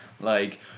like-